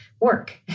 work